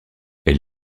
elle